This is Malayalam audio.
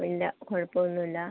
ഇല്ല കുഴപ്പമൊന്നുമില്ല